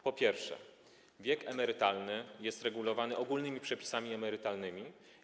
Po pierwsze, wiek emerytalny jest regulowany w ogólnych przepisach emerytalnych.